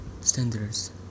standards